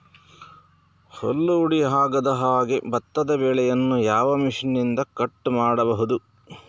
ಹುಲ್ಲು ಹುಡಿ ಆಗದಹಾಗೆ ಭತ್ತದ ಬೆಳೆಯನ್ನು ಯಾವ ಮಿಷನ್ನಿಂದ ಕಟ್ ಮಾಡಬಹುದು?